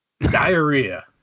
Diarrhea